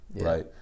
right